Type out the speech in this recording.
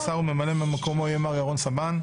בער וממלא מקומו יהיה מר ירון סבן.